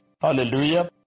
hallelujah